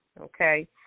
okay